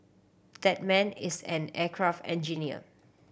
that man is an aircraft engineer